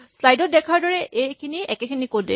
slide ত দেখাৰ দৰে একেখিনি ক'ড এই